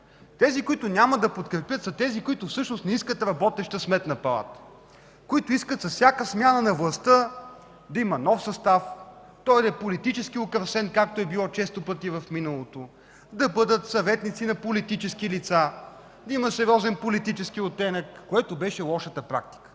Тези, които няма да подкрепят, са тези, които всъщност не искат работеща Сметна палата, които искат с всяка смяна на властта да има нов състав, той да е политически украсен, както е било често пъти в миналото, да бъдат съветници на политически лица, да има сериозен политически оттенък, което беше лошата практика.